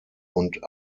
und